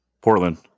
Portland